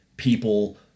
people